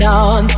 on